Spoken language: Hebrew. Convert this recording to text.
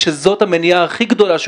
אם הסעיף אכן יאפשר לא רק